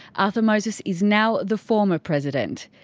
arthur moses is now the former president.